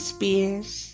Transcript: Spears